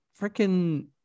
freaking